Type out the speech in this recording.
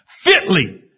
fitly